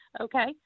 okay